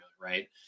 right